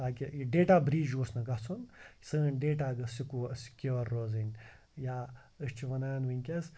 تاکہِ یہِ data breach اوس نہٕ گَژھُن سٲنۍ ڈیٚٹا گٔژھ سِکو سِکیور روزٕنۍ یا أسۍ چھِ وَنان وٕنکٮ۪س